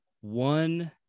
one